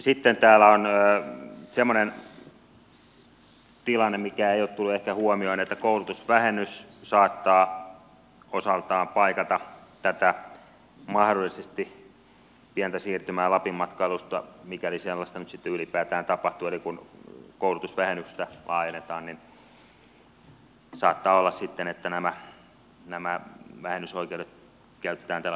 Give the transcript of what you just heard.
sitten täällä on semmoinen tilanne mikä ei ole tullut ehkä huomioon että koulutusvähennys saattaa osaltaan paikata tätä mahdollisesti pientä siirtymää lapin matkailusta mikäli sellaista nyt sitten ylipäätään tapahtuu eli kun koulutusvähennystä laajennetaan niin saattaa olla sitten että nämä vähennysoikeudet käytetään täällä koulutusvähennyksen puolella